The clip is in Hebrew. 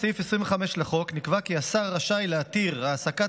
בסעיף 25 לחוק נקבע כי השר רשאי להתיר העסקת